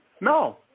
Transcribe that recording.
No